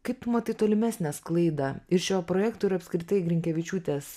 kaip matai tolimesnę sklaidą ir šio projekto ir apskritai grinkevičiūtės